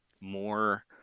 more